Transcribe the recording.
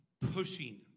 pushing